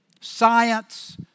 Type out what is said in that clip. science